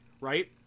right